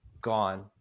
gone